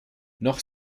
noch